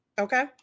Okay